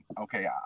okay